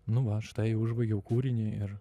nu va štai užbaigiau kūrinį ir